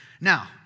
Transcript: Now